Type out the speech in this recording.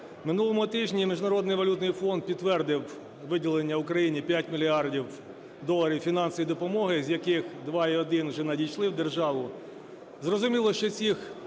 минулому тижні Міжнародний валютний фонд підтвердив виділення Україні 5 мільярдів доларів фінансової допомоги, з яких 2,1 вже надійшли в державу.